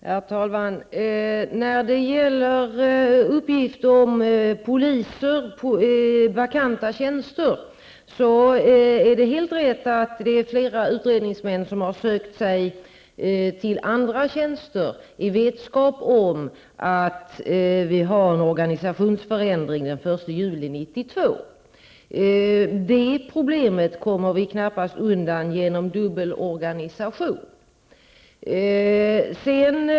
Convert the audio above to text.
Herr talman! När det gäller uppgifter om vakanta tjänster hos polisen är det helt riktigt att flera utredningsmän har sökt sig till andra tjänster i vetskap om organisationsförändringen den 1 juli 1992. Men det problemet kommer vi knappast undan genom en dubbelorganisation.